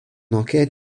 enquête